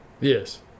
Yes